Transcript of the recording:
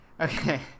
Okay